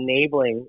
enabling